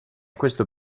questo